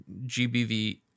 GBV